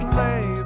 lay